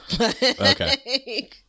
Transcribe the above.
Okay